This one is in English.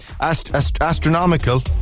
Astronomical